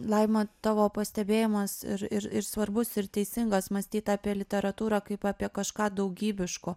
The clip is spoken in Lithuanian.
laima tavo pastebėjimas ir ir ir svarbus ir teisingas mąstyt apie literatūrą kaip apie kažką daugybiško